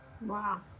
wow